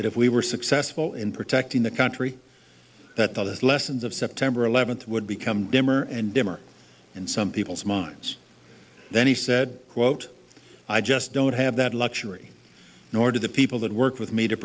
that if we were successful in protecting the country that the lessons of september eleventh would become dimmer and dimmer in some people's minds then he said quote i just don't have that luxury nor did the people that work with me to